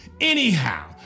anyhow